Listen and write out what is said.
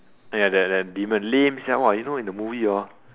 ya that that demon lame sia !wah! you know in the movie hor